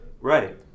Right